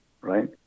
Right